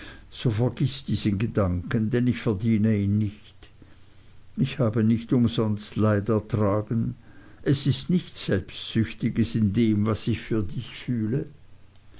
so vergiß diesen gedanken denn ich verdiene ihn nicht ich habe nicht umsonst leid ertragen es ist nichts selbstsüchtiges in dem was ich für dich fühle